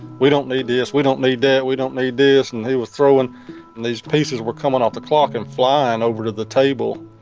we don't need this. we don't need that. we don't need this. and he was throwing and these pieces were coming off the clock and flying over to the table.